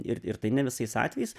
ir ir tai ne visais atvejais